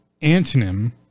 antonym